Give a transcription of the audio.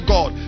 God